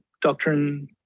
Doctrine